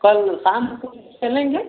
कल शाम को चलेंगे